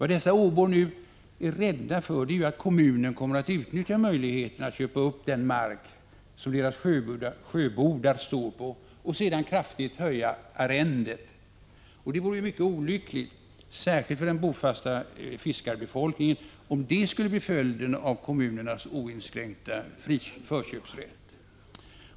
Dessa öbor är nu rädda för att kommunen kommer att utnyttja möjligheten att köpa upp den mark som deras sjöbodar står på och sedan kraftigt höja arrendet. Det vore mycket olyckligt, särskilt för den bofasta fiskarbefolkningen, om det skulle bli följden av kommunernas oinskränkta förköpsrätt.